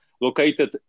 located